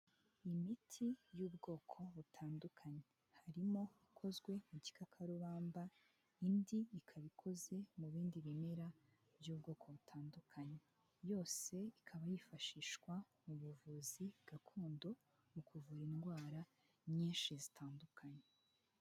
Imiti y'ubwoko butandukanye, harimo ikozwe mu gikakarubamba, indi ikaba ikoze mu bindi bimera by'ubwoko butandukanye, yose ikaba yifashishwa mu buvuzi gakondo mu kuvura indwara nyinshi zitandukanye.